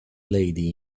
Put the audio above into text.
lady